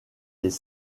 les